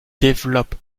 développe